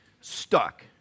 Stuck